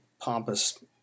pompous